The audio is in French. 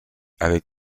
avec